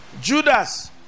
Judas